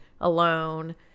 alone